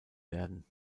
werden